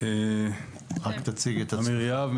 אמיר יהב,